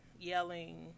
yelling